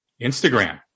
instagram